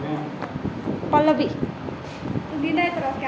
Pallavi